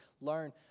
learn